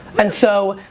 and so,